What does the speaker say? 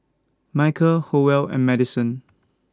Micah Howell and Maddison